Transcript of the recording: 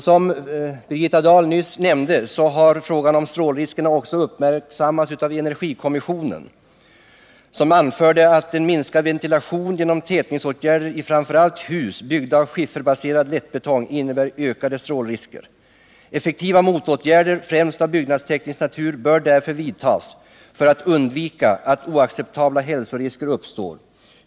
Som Birgitta Dahl nyss nämnde, har frågan om strålningsriskerna också uppmärksammats av energikommissionen, som anfört att en minskad ventilation genom tätningsåtgärder i framför allt hus byggda av skifferbaserad lättbetong innebär ökade strålningsrisker. Effektiva motåtgärder, främst av byggnadsteknisk natur, bör därför vidtas för att undvika att oacceptabla hälsorisker uppstår.